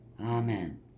Amen